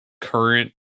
current